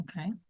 Okay